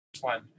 one